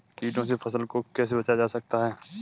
कीटों से फसल को कैसे बचाया जा सकता है?